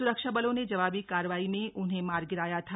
सुरक्षाबलों ने जवाबी कार्रवाई में उन्हें मार गिराया था